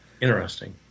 Interesting